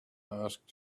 asked